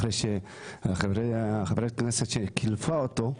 אחרי שחברת הכנסת שקילפה אותו,